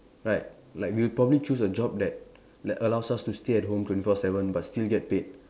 right like we'll probably choose a job that that allows us to stay at home twenty four seven but still get paid